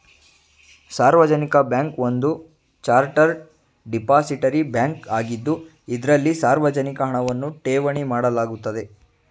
ಸಾರ್ವಜನಿಕ ಬ್ಯಾಂಕ್ ಒಂದು chartered depository bank ಆಗಿದ್ದು ಇದ್ರಲ್ಲಿ ಸಾರ್ವಜನಿಕ ಹಣವನ್ನ ಠೇವಣಿ ಮಾಡಲಾಗುತ್ತೆ